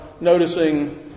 noticing